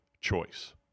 choice